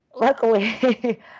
Luckily